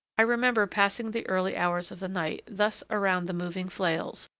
i remember passing the early hours of the night thus around the moving flails,